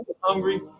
hungry